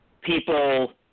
people